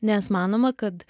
nes manoma kad